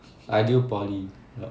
ideal poly yup